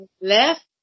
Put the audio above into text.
left